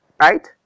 right